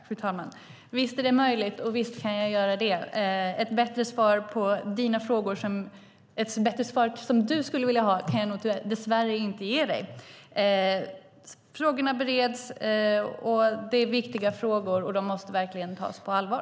Fru talman! Visst är det möjligt, och visst kan jag göra det. Ett bättre svar som du skulle vilja ha kan jag dess värre inte ge dig. Frågorna bereds. Det är viktiga frågor, och de måste verkligen tas på allvar.